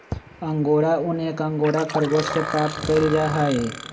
angora ऊन एक angora खरगोश से प्राप्त कइल जाहई